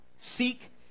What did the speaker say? Seek